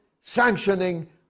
sanctioning